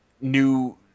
new